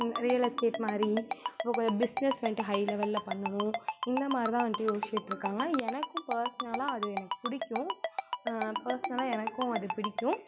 real estate மாரி அப்புறம் கொஞ்சம் பிஸ்னஸ் வந்துட்டு ஹை லெவலில் பண்ணணும் இந்த மாதிரி தான் வந்துட்டு யோச்சிகிட்ருக்காங்க எனக்கும் பர்ஸ்னலாக அது எனக்கு பிடிக்கும் பர்ஸ்னலாக எனக்கும் அது பிடிக்கும்